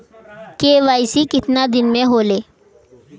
KYC कितना दिन में होले?